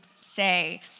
say